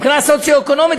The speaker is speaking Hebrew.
מבחינה סוציו-אקונומית,